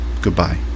goodbye